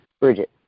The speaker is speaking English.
Bridget